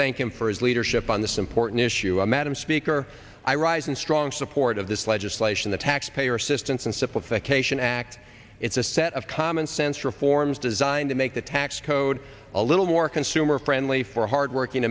thank him for his leadership on this important issue madam speaker i rise in strong support of this legislation the taxpayer assistance and support of the cation act it's a set of commonsense reforms designed to make the tax code a little more consumer friendly for hardworking